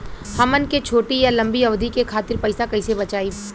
हमन के छोटी या लंबी अवधि के खातिर पैसा कैसे बचाइब?